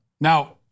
Now